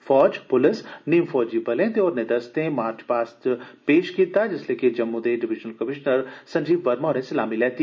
फौज पुलस नीम फौजी बलें ते होरनें दस्तें मार्च पास्ट पेश कीता जिसलै के जम्मू दे डिवीजनल कमिश्नर संजीव वर्मा होरें सलामी लैती